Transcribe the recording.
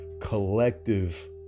collective